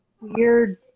weird